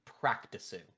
practicing